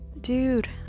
dude